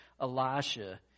Elisha